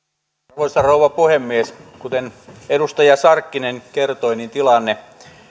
arvoisa rouva puhemies kuten edustaja sarkkinen kertoi niin tilanne